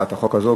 בהצעת החוק הזאת.